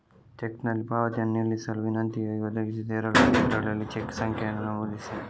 ಚೆಕ್ನಲ್ಲಿ ಪಾವತಿಯನ್ನು ನಿಲ್ಲಿಸಲು ವಿನಂತಿಗಾಗಿ, ಒದಗಿಸಿದ ಎರಡೂ ಕ್ಷೇತ್ರಗಳಲ್ಲಿ ಚೆಕ್ ಸಂಖ್ಯೆಯನ್ನು ನಮೂದಿಸಿ